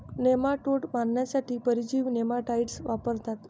nematodes मारण्यासाठी परजीवी nematicides वापरतात